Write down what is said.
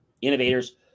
innovators